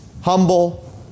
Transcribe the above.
humble